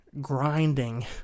grinding